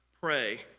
pray